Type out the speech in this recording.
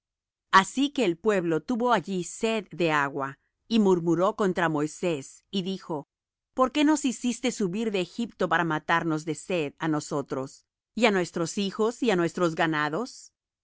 así que el pueblo tuvo allí sed de agua y murmuró contra moisés y dijo por qué nos hiciste subir de egipto para matarnos de sed á nosotros y á nuestros hijos y á nuestros ganados